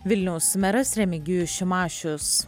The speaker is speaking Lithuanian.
vilniaus meras remigijus šimašius